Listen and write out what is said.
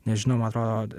nežinau man atrodo